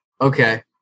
okay